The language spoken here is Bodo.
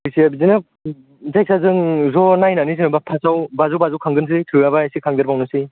फैसाया बिदिनो जायखिजाया जों ज' नायनानै जेनेबा फार्स्टआव बाजौ बाजौ खांग्रोनोसै थोआबा एसे खांदेरबावनोसै